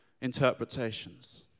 interpretations